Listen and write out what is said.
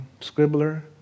scribbler